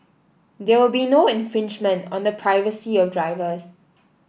there will be no infringement on the privacy of drivers